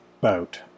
boat